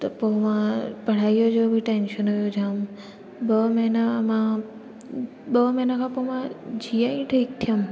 त पोइ मां पढ़ाईअ जो बि टैंशन हुयो जाम ॿ महीना मां ॿ महीना खां पोइ मां जीअं ई ठीकु थियमि